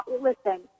listen